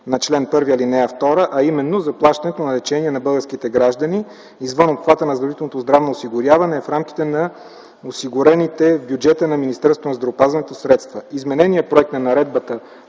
на чл. 1, ал. 2, а именно заплащането на лечение на българските граждани извън обхвата на задължителното здравно осигуряване, в рамките на осигурените в бюджета на Министерството на здравеопазването средства. Измененият проект на наредбата